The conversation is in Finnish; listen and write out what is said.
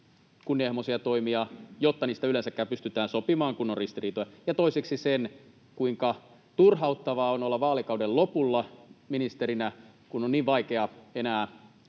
kunnianhimoisia toimia, jotta niistä yleensäkään pystytään sopimaan, kun on ristiriitoja, ja toiseksi sen, kuinka turhauttavaa on olla vaalikauden lopulla ministerinä, kun on niin vaikea enää